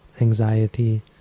anxiety